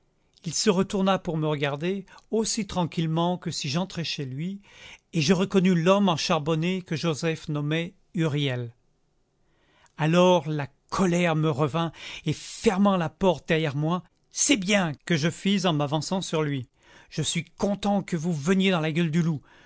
il se retourna pour me regarder aussi tranquillement que si j'entrais chez lui et je reconnus l'homme encharbonné que joseph nommait huriel alors la colère me revint et fermant la porte derrière moi c'est bien que je fis en m'avançant sur lui je suis content que vous veniez dans la gueule du loup